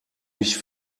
mich